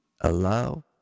allow